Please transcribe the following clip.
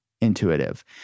intuitive